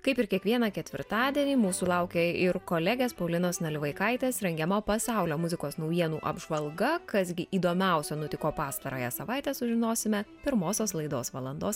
kaip ir kiekvieną ketvirtadienį mūsų laukia ir kolegės paulinos nalivaikaitės rengiama pasaulio muzikos naujienų apžvalga kas gi įdomiausio nutiko pastarąją savaitę sužinosime pirmosios laidos valandos